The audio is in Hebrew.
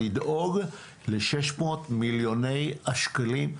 לדאוג ל-600 מיליוני השקלים.